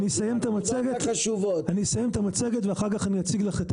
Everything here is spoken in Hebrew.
אני אסיים את המצגת ואחר כך אציג לכם